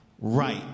right